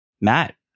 Matt